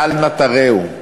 אל נא תרעו.